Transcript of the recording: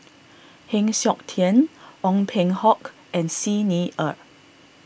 Heng Siok Tian Ong Peng Hock and Xi Ni Er